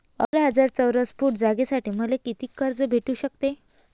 अकरा हजार चौरस फुट जागेसाठी मले कितीक कर्ज भेटू शकते?